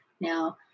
Now